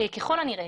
ככל הנראה,